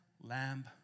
lamb